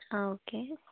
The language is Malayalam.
ആ ഓക്കേ